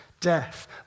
death